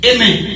Amen